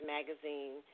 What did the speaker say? Magazine